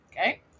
Okay